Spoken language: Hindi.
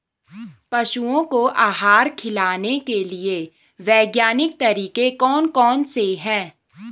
पशुओं को आहार खिलाने के लिए वैज्ञानिक तरीके कौन कौन से हैं?